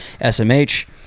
SMH